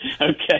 Okay